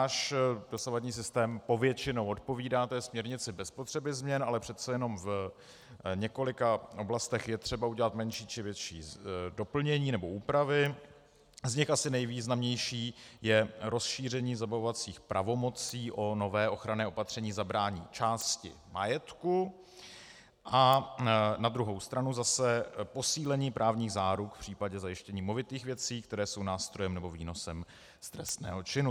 Náš dosavadní systém povětšinou odpovídá té směrnici bez potřeby změn, ale přece jenom v několika oblastech je třeba udělat menší či větší doplnění nebo úpravy a z nich asi nejvýznamnější je rozšíření zabavovacích pravomocí o nové ochranné opatření zabrání části majetku a na druhou stranu zase posílení právních záruk v případě movitých věcí, které jsou nástrojem nebo výnosem z trestného činu.